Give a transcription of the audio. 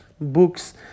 books